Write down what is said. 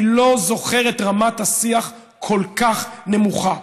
אני לא זוכר את רמת השיח כל כך נמוכה.